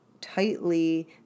tightly